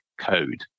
code